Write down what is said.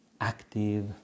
active